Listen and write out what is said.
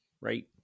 right